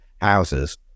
houses